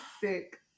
sick